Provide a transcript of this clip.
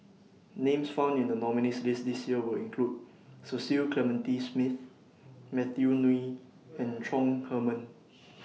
Names found in The nominees' list This Year Will include Cecil Clementi Smith Matthew Ngui and Chong Heman